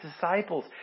disciples